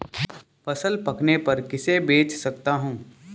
फसल पकने पर किसे बेच सकता हूँ?